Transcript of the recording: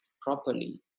properly